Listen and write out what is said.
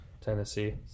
Tennessee